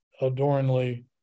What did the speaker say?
adoringly